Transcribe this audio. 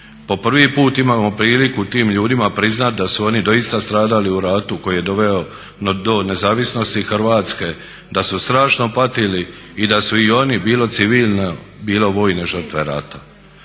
Po prvi put imamo priliku tim ljudima priznati da su oni doista stradali u ratu koji je doveo do nezavisnosti Hrvatske, da su strašno patili i da su i oni bilo civilne, bilo vojne žrtve rata.